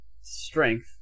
strength